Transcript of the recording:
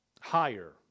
higher